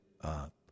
up